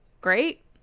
great